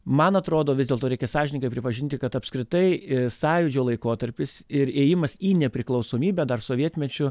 man atrodo vis dėlto reikia sąžiningai pripažinti kad apskritai sąjūdžio laikotarpis ir ėjimas į nepriklausomybę dar sovietmečiu